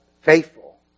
faithful